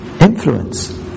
influence